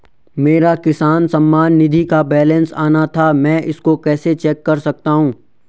मेरा किसान सम्मान निधि का बैलेंस आना था मैं इसको कैसे चेक कर सकता हूँ?